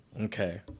Okay